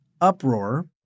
uproar